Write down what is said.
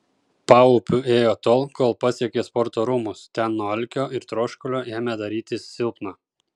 paupiu ėjo tol kol pasiekė sporto rūmus ten nuo alkio ir troškulio ėmė darytis silpna